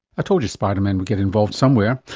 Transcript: i told you spiderman would get involved somewhere.